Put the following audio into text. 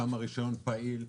לכמה יש רישיון פעיל,